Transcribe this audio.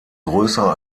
größer